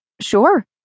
Sure